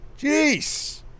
Jeez